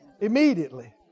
Immediately